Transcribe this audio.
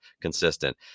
consistent –